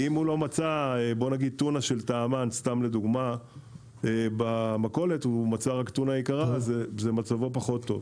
אם הוא לא מצא טונה של טעמן במכולת ומצא רק טונה יקרה אז מצבו פחות טוב.